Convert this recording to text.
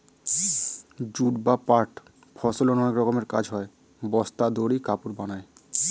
jute বা পাট ফসলের অনেক রকমের কাজ হয়, বস্তা, দড়ি, কাপড় বানায়